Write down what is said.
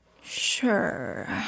Sure